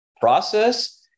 process